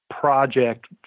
project